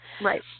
Right